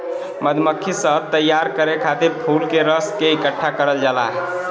मधुमक्खी शहद तैयार करे खातिर फूल के रस के इकठ्ठा करल जाला